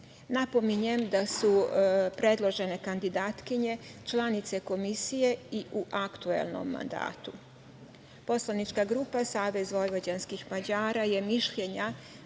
Napominjem da su predložene kandidatkinje članice Komisije i u aktuelnom mandatu. Poslanička grupa Savez vojvođanskih Mađara je mišljenja